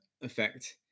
effect